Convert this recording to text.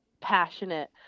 passionate